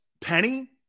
Penny